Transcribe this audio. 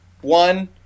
One